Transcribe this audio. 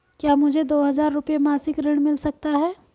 क्या मुझे दो हज़ार रुपये मासिक ऋण मिल सकता है?